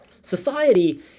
society